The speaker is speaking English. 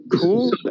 Cool